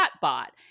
bot